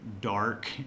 dark